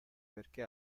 perché